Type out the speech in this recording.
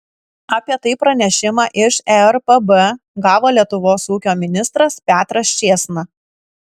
apie tai pranešimą iš erpb gavo lietuvos ūkio ministras petras čėsna